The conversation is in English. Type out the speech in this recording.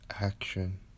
action